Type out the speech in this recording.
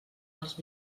dels